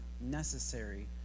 necessary